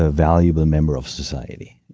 ah valuable member of society,